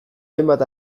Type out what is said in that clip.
hainbat